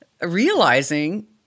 realizing